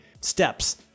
steps